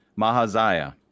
Mahaziah